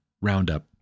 roundup